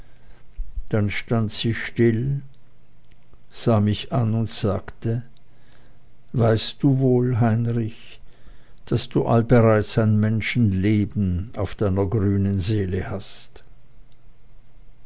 dann stand sie still sah mich an und sagte weißt du wohl heinrich daß du allbereits ein menschenleben auf deiner grünen seele hast